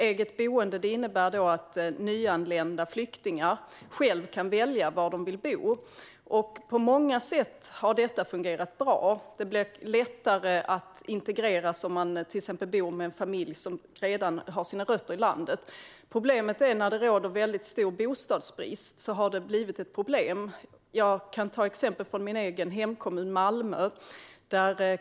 Eget boende innebär att nyanlända flyktingar själva kan välja var de vill bo. På många sätt har detta fungerat bra. Det blir lättare att integreras om man exempelvis bor med en familj som redan har rötter i landet. Problemet uppstår när det råder väldigt stor bostadsbrist. Jag kan ta ett exempel från min egen hemkommun, Malmö.